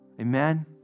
Amen